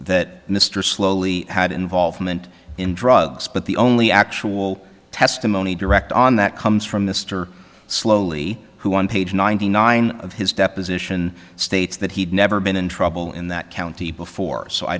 that mr slowly had involvement in drugs but the only actual testimony direct on that comes from the stir slowly who on page ninety nine of his deposition states that he'd never been in trouble in that county before so i